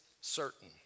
certain